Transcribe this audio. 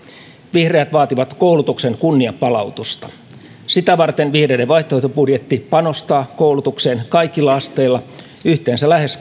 vihreät vaativat koulutuksen kunnianpalautusta sitä varten vihreiden vaihtoehtobudjetti panostaa koulutukseen kaikilla asteilla yhteensä lähes